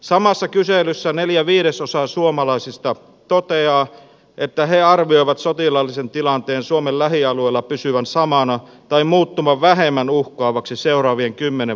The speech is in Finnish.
samassa kyselyssä neljä viidesosaa suomalaisista toteaa että he arvioivat sotilaallisen tilanteen suomen lähialueilla pysyvän samana tai muuttuvan vähemmän uhkaavaksi seuraavien kymmenen vuoden aikana